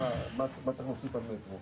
נדון היום בסעיפים 1 ו-2 בחוק רכבת תחתית (מטרו),